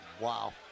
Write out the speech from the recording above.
Wow